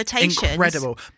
incredible